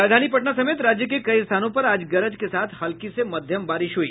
राजधानी पटना समेत राज्य के कई स्थानों पर आज गरज के साथ हल्की से मध्यम बारिश हुई